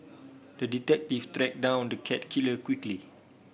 the detective tracked down the cat killer quickly